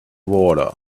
water